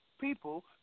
people